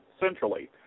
centrally